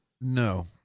No